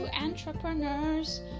Entrepreneur's